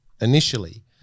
initially